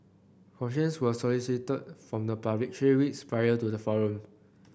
questions were solicited from the public three weeks prior to the forum